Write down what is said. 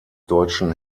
deutschen